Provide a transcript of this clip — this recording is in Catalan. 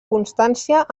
constància